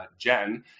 Jen